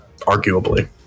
arguably